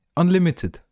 unlimited